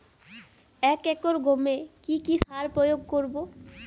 এক একর গমে কি কী সার প্রয়োগ করব?